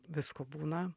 visko būna